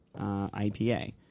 IPA